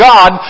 God